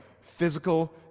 physical